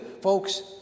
Folks